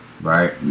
right